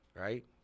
right